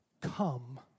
Come